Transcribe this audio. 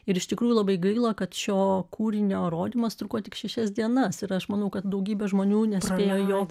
ir iš tikrųjų labai gaila kad šio kūrinio rodymas truko tik šešias dienas ir aš manau kad daugybė žmonių nespėjo